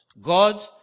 God